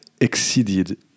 exceeded